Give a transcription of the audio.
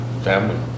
family